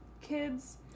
kids